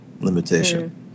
limitation